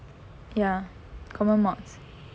ya common mods